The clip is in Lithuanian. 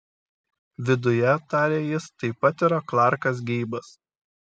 viduje tarė jis taip pat yra klarkas geibas